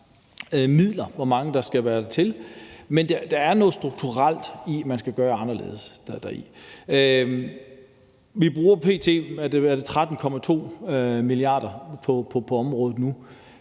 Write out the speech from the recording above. midler, og hvor mange der skal til, men der er noget strukturelt, man skal gøre anderledes. Vi bruger p.t. 13,2 mia. kr. på området,